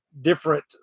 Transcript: different